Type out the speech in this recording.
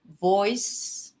voice